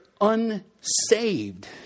unsaved